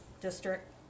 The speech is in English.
district